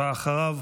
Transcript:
ואחריו,